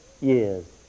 years